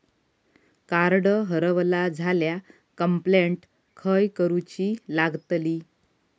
Card हरवला झाल्या complaint खय करूची लागतली?